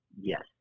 Yes